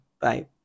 Bye